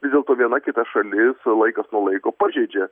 vis dėlto viena kita šalis laikas nuo laiko pažeidžia